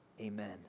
amen